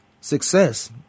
success